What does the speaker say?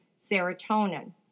serotonin